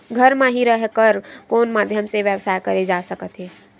घर म हि रह कर कोन माध्यम से व्यवसाय करे जा सकत हे?